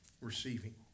receiving